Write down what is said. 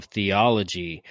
Theology